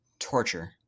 Torture